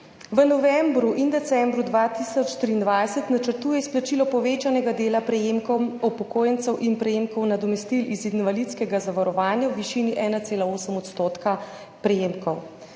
v novembru in decembru 2023 načrtuje izplačilo povečanega dela prejemkov upokojencev in prejemkov nadomestil iz invalidskega zavarovanja v višini 1,8 % prejemkov.